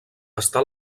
està